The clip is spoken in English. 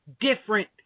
different